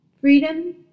Freedom